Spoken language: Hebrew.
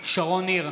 שרון ניר,